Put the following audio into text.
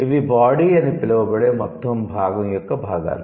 ఇవి 'బాడీ' అని పిలువబడే మొత్తం భాగం యొక్క భాగాలు